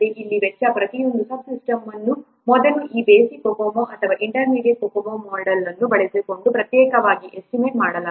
ಇಲ್ಲಿ ವೆಚ್ಚ ಪ್ರತಿಯೊಂದು ಸಬ್ ಸಿಸ್ಟಮ್ ಅನ್ನು ಮೊದಲು ಈ ಬೇಸಿಕ್ COCOMO ಅಥವಾ ಇಂಟರ್ಮೀಡಿಯೇಟ್ COCOMO ಮೊಡೆಲ್ ಅನ್ನು ಬಳಸಿಕೊಂಡು ಪ್ರತ್ಯೇಕವಾಗಿ ಎಸ್ಟಿಮೇಟ್ ಮಾಡಲಾಗಿದೆ